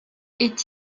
est